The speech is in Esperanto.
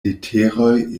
leteroj